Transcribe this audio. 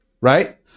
right